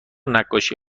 نقاشی